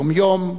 יום יום,